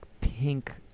pink